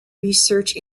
research